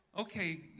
okay